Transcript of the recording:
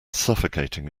suffocating